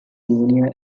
junior